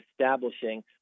establishing